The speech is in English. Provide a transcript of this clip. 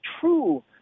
true